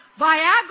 Viagra